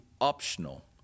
optional